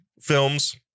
films